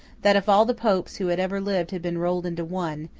that if all the popes who had ever lived had been rolled into one,